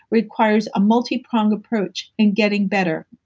requires a multi prong approach in getting better.